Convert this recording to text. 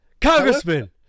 Congressman